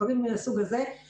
דברים מן סוג הזה,